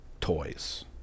toys